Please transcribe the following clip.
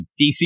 DC